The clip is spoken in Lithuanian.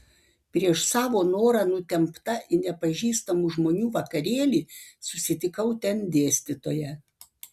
prieš savo norą nutempta į nepažįstamų žmonių vakarėlį susitikau ten dėstytoją